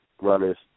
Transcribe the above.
runners